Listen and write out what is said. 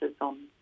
on